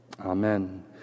Amen